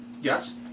Yes